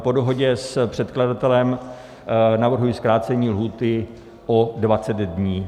Po dohodě s předkladatelem navrhuji zkrácení lhůty o 20 dní.